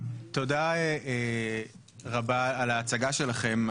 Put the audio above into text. תודה רבה על ההצגה שלכם.